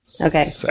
Okay